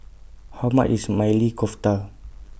How much IS Maili Kofta